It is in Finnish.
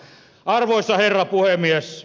arvoisa herra puhemies